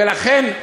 ולכן,